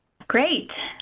great.